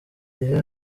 gihe